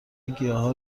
گیاها